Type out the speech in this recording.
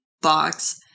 box